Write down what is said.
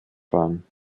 fahren